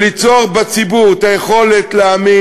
היא הייתה מייצרת בציבור את היכולת להאמין